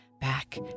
back